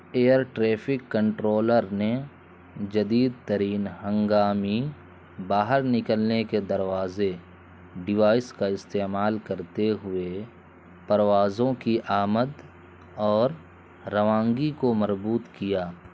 year traffic controller نے جدید ترین ہنگامی باہر نکلنے کے دروازے ڈیوائس کا استعمال کرتے ہوئے پروازوں کی آمد اور روانگی کو مربوط کیا